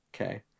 Okay